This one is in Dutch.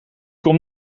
kom